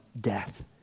death